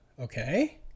okay